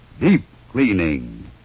deep-cleaning